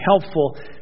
helpful